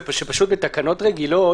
שבתקנות רגילות,